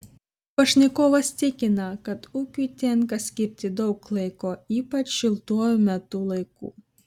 pašnekovas tikina kad ūkiui tenka skirti daug laiko ypač šiltuoju metų laiku